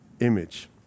image